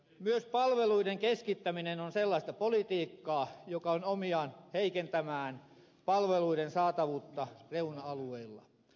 myös palveluiden keskittäminen on sellaista politiikkaa joka on omiaan heikentämään palveluiden saatavuutta reuna alueilla